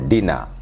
Dinner